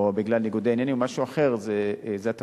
או בגלל ניגודי עניינים או משהו אחר,